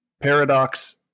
paradox